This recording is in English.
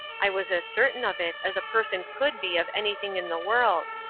i was as certain of it as a person could be of anything in the world.